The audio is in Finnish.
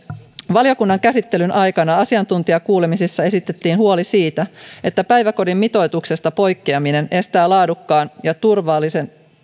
valiokunnan käsittelyn aikana asiantuntijakuulemisissa esitettiin huoli siitä että päiväkodin mitoituksesta poikkeaminen estää laadukkaan ja turvallisen